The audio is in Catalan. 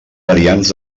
variants